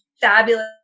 fabulous